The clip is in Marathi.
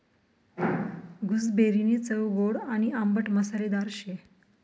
गूसबेरीनी चव गोड आणि आंबट मसालेदार शे